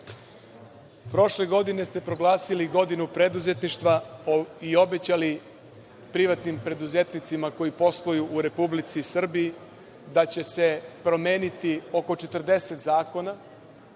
Prošle godine ste proglasili Godinu preduzetništva i obećali privatnim preduzetnicima koji posluju u Republici Srbiji da će se promeniti oko 40 zakona,